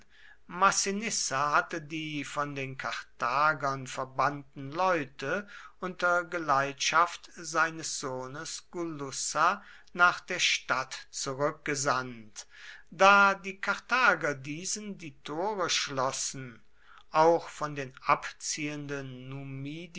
hatte die von den karthagern verbannten leute unter geleitschaft seines sohnes gulussa nach der stadt zurückgesandt da die karthager diesen die tore schlossen auch von den abziehenden